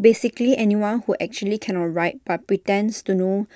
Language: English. basically anyone who actually cannot write but pretends to know